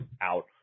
out